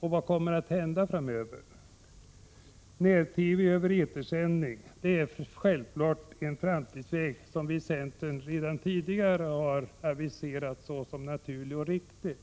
Vad kommer att hända framöver? När-TV i etersändning är självfallet en framtidsväg som vi i centern redan tidigare har aviserat såsom naturlig och riktig.